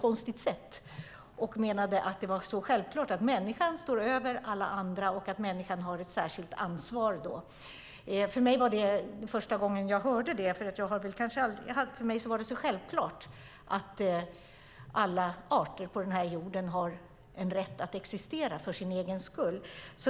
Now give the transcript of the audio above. Kristdemokraten menade att det var så självklart att människan står över alla andra och att människan har ett särskilt ansvar. Det var första gången jag hörde det argumentet. För mig var det så självklart att alla arter på jorden har en rätt att existera för sin egen skull.